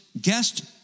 guest